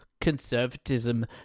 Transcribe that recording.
conservatism